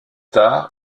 tard